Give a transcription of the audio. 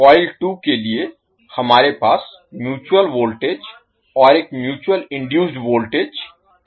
coil 2 के लिए हमारे पास म्यूचुअल वोल्टेज और एक म्यूचुअल इनडुइसड वोल्टेज होगा